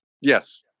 Yes